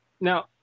Now